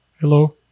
hello